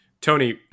Tony